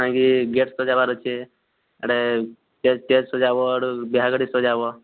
କାଇଁକି ଗେଟ୍ ସଜାଇବାର ଅଛି ଆଡ଼େ ଗେଟ୍ ସଜାଇବ ଆଡ଼େ ବିହା ଗାଡ଼ି ସଜାହେବ